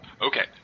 Okay